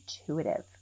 intuitive